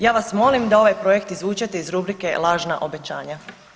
Ja vam volim da ovaj projekt izvučete iz rubrike lažna obećanja.